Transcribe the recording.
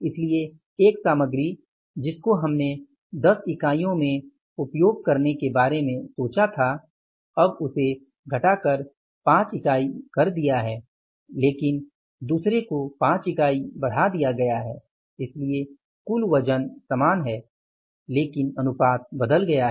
इसलिए एक सामग्री जिसको हमने 10 इकाइयों में उपयोग करने के बारे में सोचा था अब उसे घटाकर 5 इकाई कर दिया है लेकिन दूसरे को 5 इकाई बढ़ा दिया गया है इसलिए कुल वजन समान है लेकिन अनुपात बदल गया है